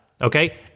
Okay